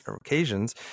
occasions